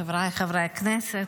חבריי חברי הכנסת,